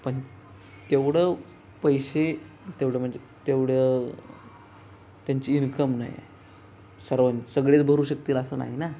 पण तेवढं पैसे तेवढं म्हणजे तेवढं त्यांची इन्कम नाही सर्व सगळेच भरू शकतील असं नाही ना